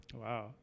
Wow